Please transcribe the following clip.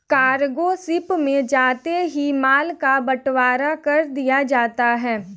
cargo ship में जाते ही माल का बंटवारा कर दिया जाता है